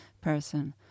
person